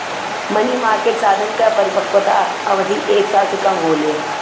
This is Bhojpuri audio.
मनी मार्केट साधन क परिपक्वता अवधि एक साल से कम होले